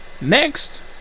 Next